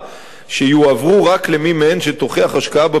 שיועברו רק למי מהן שתוכיח השקעה בפריפריה